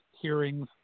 hearings